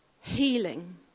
Healing